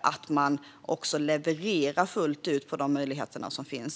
att man fullt ut levererar utifrån de möjligheter som finns.